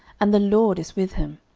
and the lord is with him.